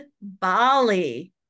Bali